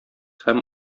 һәм